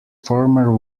former